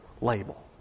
label